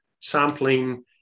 sampling